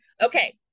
okay